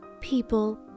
people